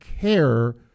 care